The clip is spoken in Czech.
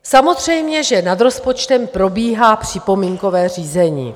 Samozřejmě, že nad rozpočtem probíhá připomínkové řízení.